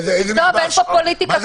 איזה פוליטיקה?